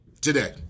Today